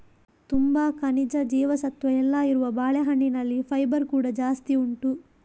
ತುಂಬಾ ಖನಿಜ, ಜೀವಸತ್ವ ಎಲ್ಲ ಇರುವ ಬಾಳೆಹಣ್ಣಿನಲ್ಲಿ ಫೈಬರ್ ಕೂಡಾ ಜಾಸ್ತಿ ಉಂಟು